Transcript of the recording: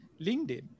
LinkedIn